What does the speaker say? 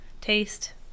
Taste